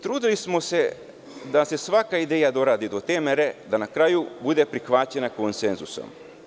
Trudili smo se da se svaka ideja doradi do te mere da na kraju bude prihvaćena konsenzusom.